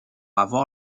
avoir